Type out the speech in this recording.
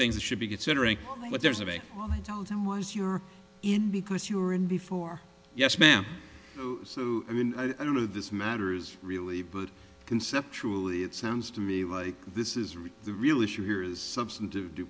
things it should be considering what there is of a wise you're in because you were in before yes ma'am so i mean i don't know this matters really but conceptually it sounds to me like this is the real issue here is substantive due